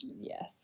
yes